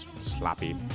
sloppy